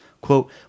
Quote